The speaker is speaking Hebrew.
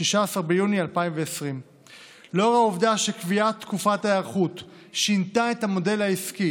16 ביוני 2020. לאור העובדה שקביעת תקופת ההיערכות שינתה את המודל העסקי